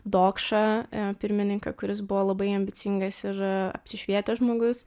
dokšą pirmininką kuris buvo labai ambicingas ir apsišvietęs žmogus